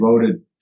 voted